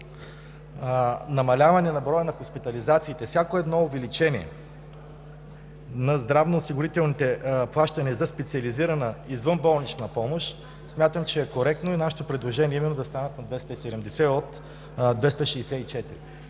намаляване броя на хоспитализациите, смятам, че всяко увеличение на здравноосигурителните плащания за специализирана извънболнична помощ е коректно. Нашето предложение е именно да станат на 270 от 264.